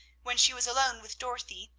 when she was alone with dorothy,